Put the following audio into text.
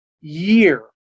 year